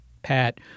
Pat